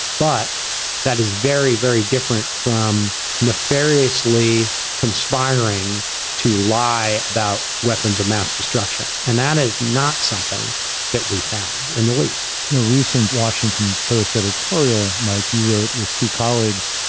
but that is very, very different from nefariously conspiring to lie about weapons of mass destruction. and that is not something that we found in the leastrosenberg in a recent washington post editorial, mike, you wrote, with two colleagues,